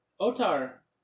Otar